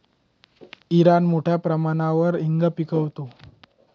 Iran मोठ्या प्रमाणावर हिंग पिकवतो